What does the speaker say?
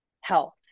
health